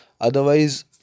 Otherwise